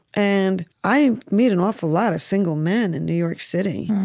and i meet an awful lot of single men in new york city.